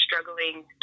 struggling